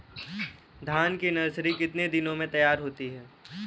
धान की नर्सरी कितने दिनों में तैयार होती है?